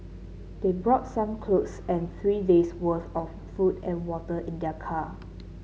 they brought some cloth and three day's worth of food and water in their car